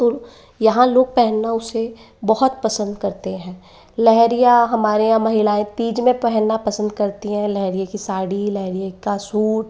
तो यहाँ लोग पहनना उसे बहुत पसंद करते हैं लहरिया हमारे यहाँ महिलाएं तीज में पहनना पसंद करती है लहरिए की साड़ी लहरिए का सूट